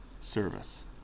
service